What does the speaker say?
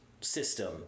system